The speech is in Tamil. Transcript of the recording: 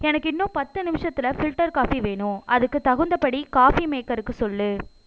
எனக்கு இன்னும் பத்து நிமிஷத்தில் ஃபில்டர் காபி வேணும் அதுக்குத் தகுந்தபடி காஃபி மேக்கருக்கு சொல்லு